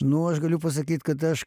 nu aš galiu pasakyt kad aš